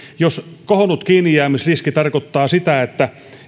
kohonnut kiinnijäämisriski tarkoittaa sitä että